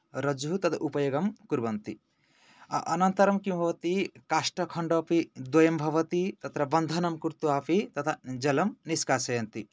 रज्जुः तद् उपयोगं कुर्वन्ति अ अनन्तरं किं भवति काष्ठखण्डोपि द्वयं भवति तत्र बन्धनं कृत्वापि तत जलं निश्कासयन्ति